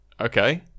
Okay